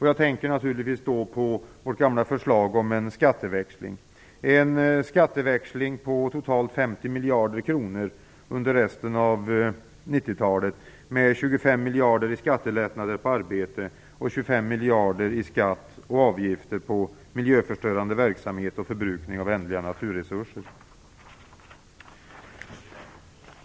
Jag tänker naturligtvis på vårt gamla förslag om en skatteväxling på totalt 50 miljarder kronor under resten av 90-talet, med 25 miljarder i skattelättnader på arbete och 25 miljarder i skatt och avgifter på miljöförstörande verksamhet och förbrukning av ändliga naturresurser.